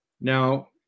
Now